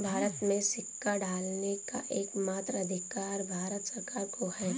भारत में सिक्का ढालने का एकमात्र अधिकार भारत सरकार को है